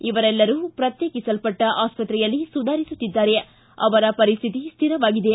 ಇವರೆಲ್ಲರೂ ಪ್ರತ್ಯೇಕಿಸಲ್ಪಟ್ಟ ಆಸ್ಪತ್ರೆಯಲ್ಲಿ ಸುಧಾರಿಸುತ್ತಿದ್ದಾರೆ ಮತ್ತು ಅವರ ಪರಿಸ್ಟಿತಿ ಸ್ಟಿರವಾಗಿದೆ